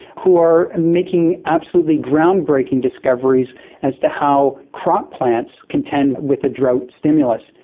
who are making absolutely groundbreaking discoveries as to how crop plants contend with the drought stimulus.